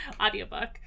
audiobook